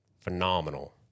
Phenomenal